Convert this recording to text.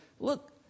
Look